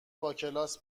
باکلاس